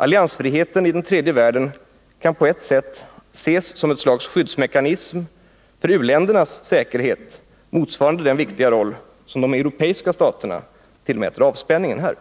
Alliansfriheten i den tredje världen kan på ett sätt ses som ett slags skyddsmekanism för u-ländernas säkerhet, motsvarande den viktiga roll som de europeiska staterna tillmäter avspänningen här.